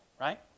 right